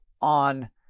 on